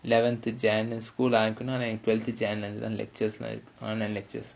eleventh january and school lah ஆரம்பிக்கனும் ஆனா எனக்கு:aarambikkanum aanaa enakku twelveth january lectures like online lectures